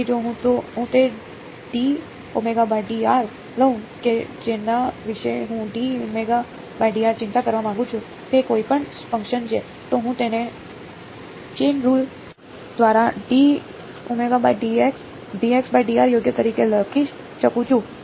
તેથી જો હું તે લઉં કે જેના વિશે હું ચિંતા કરવા માંગુ છું તે કોઈપણ ફંકશન છે તો હું તેને ચેન રુલ દ્વારા યોગ્ય તરીકે લખી શકું છું